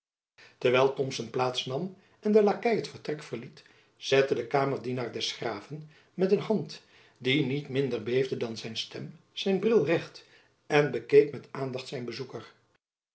terwijl thomson plaats nam en de lakei het vertrek verliet zette de kamerdienaar des graven met een hand die niet minder beefde dan zijn stem zijn bril recht en bekeek met aandacht zijn bezoeker